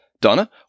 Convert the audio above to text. Donna